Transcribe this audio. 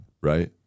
right